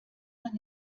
man